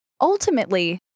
Ultimately